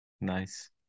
Nice